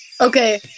Okay